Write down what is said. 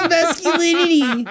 Masculinity